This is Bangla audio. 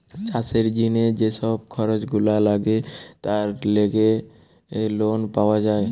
চাষের জিনে যে সব খরচ গুলা লাগে তার লেগে লোন পাওয়া যায়